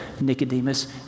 Nicodemus